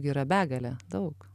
jų yra begalė daug